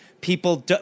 People